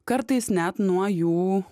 kartais net nuo jų